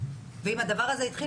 ואם הוא התחיל,